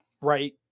Right